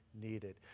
needed